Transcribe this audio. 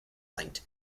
linked